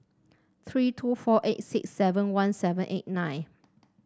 three two four eight six seven one seven eight nine